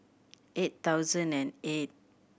eight thousand and eight